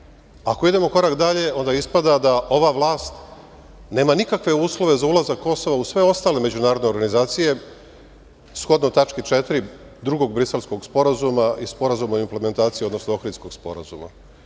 idemo korak dalje, onda ispada da ova vlast nema nikakve uslove za ulazak Kosova u sve ostale međunarodne organizacije, shodno tački 4. Drugog Briselskog sporazuma i Sporazuma o implementaciji, odnosno Ohridskog sporazuma.